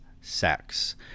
sex